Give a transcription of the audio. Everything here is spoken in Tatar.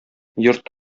йорт